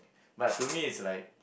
but to me it's like